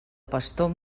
pastor